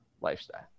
lifestyle